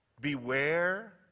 Beware